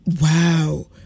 Wow